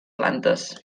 plantes